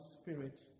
Spirit